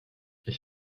ich